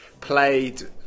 played